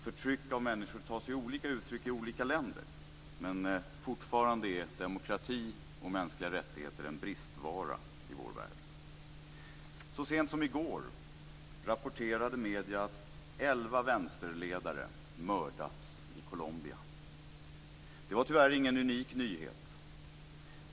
Förtryck av människor tar sig olika uttryck i olika länder, men fortfarande är demokrati och mänskliga rättigheter en bristvara i vår värld. Så sent som i går rapporterade medierna att elva vänsterledare mördats i Colombia. Det var tyvärr ingen unik nyhet.